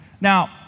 Now